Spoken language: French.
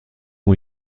ont